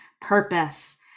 purpose